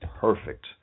perfect